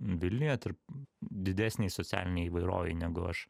vilniuje tarp didesnėj socialinėj įvairovėj negu aš